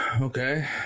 Okay